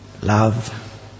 love